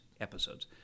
Episodes